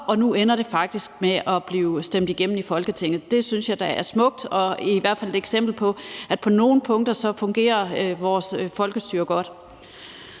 Og nu ender det faktisk med at blive stemt igennem i Folketinget. Det synes jeg da er smukt og i hvert fald et eksempel på, at vores folkestyre på